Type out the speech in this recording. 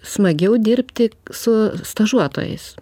smagiau dirbti su stažuotojais